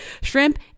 shrimp